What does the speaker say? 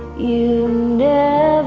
you know